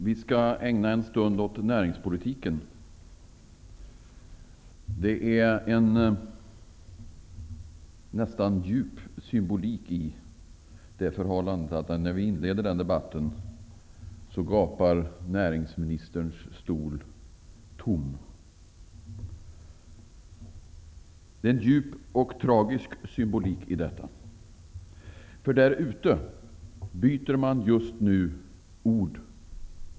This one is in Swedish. Herr talman! Vi skall ägna en stund åt näringspolitiken. Det är en nästan djup symbolik i det förhållandet att när vi inleder den debatten gapar näringsministerns stol tom. Det är en djup och tragisk symbolik i detta. Där ute byter man nämligen just nu ord.